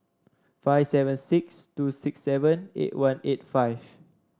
five seven six two six seven eight one eight five